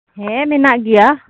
ᱦᱮᱸ ᱢᱮᱱᱟᱜ ᱜᱮᱭᱟ